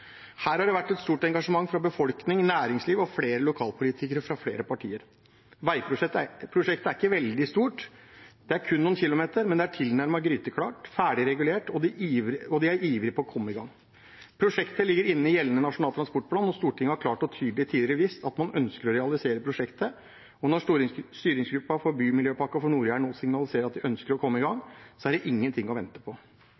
Her har det vært et stort engasjement fra befolkning, næringsliv og flere lokalpolitikere fra flere partier. Veiprosjektet er ikke veldig stort, det er kun noen kilometer, men det er tilnærmet gryteklart, det er ferdig regulert, og de er ivrige etter å komme i gang. Prosjektet ligger inne i gjeldende Nasjonal transportplan, og Stortinget har klart og tydelig tidligere vist at man ønsker å realisere prosjektet, og når styringsgruppen for bymiljøpakken for Nord-Jæren nå signaliserer at de ønsker å komme i gang, er det ingenting å vente på.